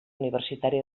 universitari